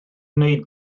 wneud